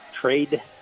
trade